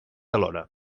alhora